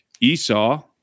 Esau